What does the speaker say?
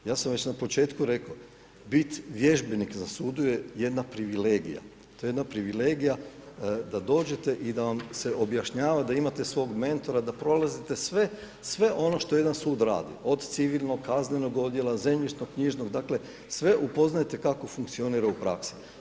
Ja sam već na početku reko, bit biti vježbenik na sudu je jedna privilegija, to je jedna privilegija da dođete i da vam se objašnjava, da imate svog mentora, da prolazite sve, sve ono što jedan sud radi, od civilnog, kaznenog odjela, zemljišno-knjižnog, dakle sve upoznajete kako funkcionira u praksi.